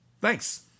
thanks